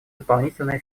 дополнительное